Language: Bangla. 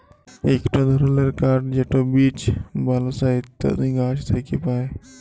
ইকট ধরলের কাঠ যেট বীচ, বালসা ইত্যাদি গাহাচ থ্যাকে পায়